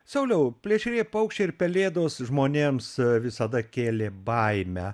sauliau plėšrieji paukščiai ir pelėdos žmonėms visada kėlė baimę